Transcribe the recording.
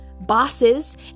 bosses